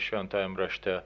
šventajam rašte